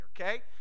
okay